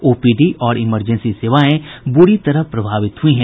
OPD और emergency सेवाएं बुरी तरह प्रभावित हुई हैं